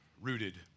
rooted